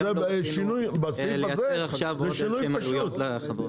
וגם לא רצינו לייצר עכשיו עוד הסכם עלויות לחברות.